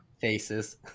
faces